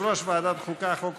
הם שכירי חרב,